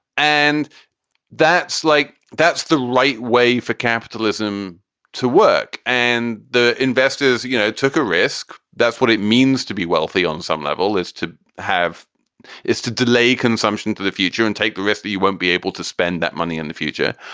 and that's like that's the right way for capitalism to work. and the investors you know took a risk. that's what it means to be wealthy on some level is to have is to delay consumption to the future and take the risk that you won't be able to spend that money in the future.